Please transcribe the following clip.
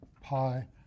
pi